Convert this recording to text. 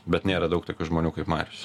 bet nėra daug tokių žmonių kaip marius